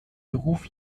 beruf